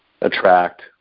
attract